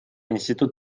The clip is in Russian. институт